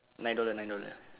nine dollar nine dollar